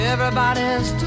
Everybody's